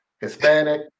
Hispanic